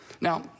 Now